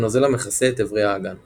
הנוזל המכסה את איברי האגן